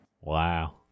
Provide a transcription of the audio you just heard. Wow